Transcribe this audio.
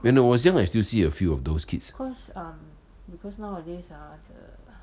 when I was young I still see a few of those kids